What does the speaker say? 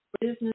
business